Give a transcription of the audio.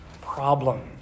problems